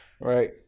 Right